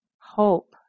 hope